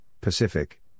Pacific